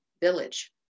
village